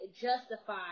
justify